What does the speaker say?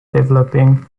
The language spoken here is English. developing